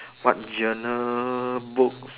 what journal books